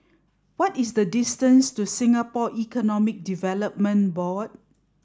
what is the distance to Singapore Economic Development Board